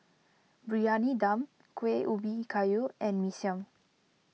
Briyani Dum Kueh Ubi Kayu and Mee Siam